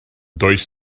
does